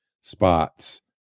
spots